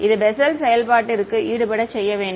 இது பெசல் செயல்பாட்டிற்குள் ஈடுசெய்யப்பட வேண்டும்